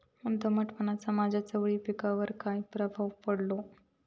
दमटपणाचा माझ्या चवळी पिकावर काय प्रभाव पडतलो?